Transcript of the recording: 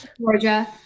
Georgia